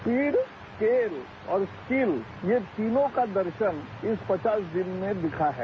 speed scale और skill ये तीनों का दर्शन इस पचास दिन में दिखा है